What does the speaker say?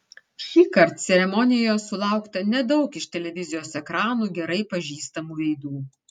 šįkart ceremonijoje sulaukta nedaug iš televizijos ekranų gerai pažįstamų veidų